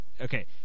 okay